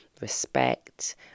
respect